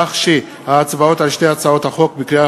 כך שההצבעות על שתי הצעות החוק בקריאה